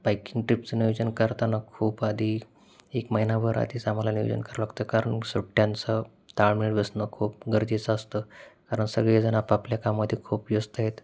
biking ट्रिपचं नियोजन करताना खूप आधी एक महिनाभर आधीच आम्हाला नियोजन करावं लागतं कारण सुट्ट्यांचं ताळमेळ बसणं खूप गरजेचं असतं कारण सगळेजण आपापल्या कामामध्ये खूप व्यस्त आहेत